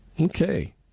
Okay